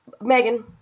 Megan